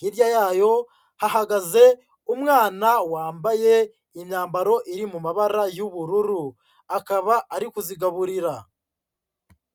hirya yayo hahagaze umwana wambaye imyambaro iri mu mabara y'ubururu, akaba ari kuzigaburira.